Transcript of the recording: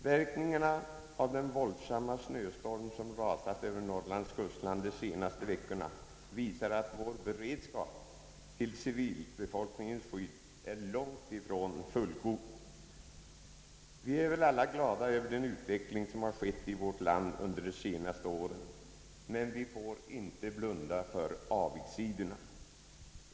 Verkningarna av den våldsamma snöstorm, som rasat över Norrlands kustland de senaste veckor na, visar att vår beredskap till civilbefolkningens skydd är långt ifrån fullgod. Alla är vi väl glada över den utveckling som skett i vårt land under de senaste åren, men vi får inte blunda för avigsidorna.